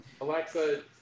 Alexa